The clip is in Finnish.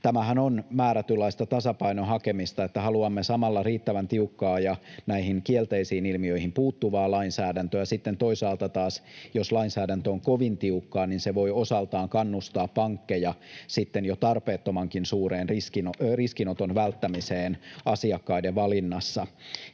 Tämähän on määrätynlaista tasapainon hakemista, että haluamme samalla riittävän tiukkaa ja näihin kielteisiin ilmiöihin puuttuvaa lainsäädäntöä ja sitten taas toisaalta, jos lainsäädäntö on kovin tiukkaa, se voi osaltaan kannustaa pankkeja sitten jo tarpeettomankin suureen riskinoton välttämiseen asiakkaiden valinnassa.